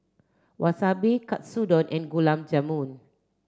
Wasabi Katsudon and Gulab Jamun